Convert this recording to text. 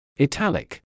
Italic